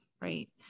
right